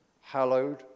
hallowed